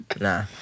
Nah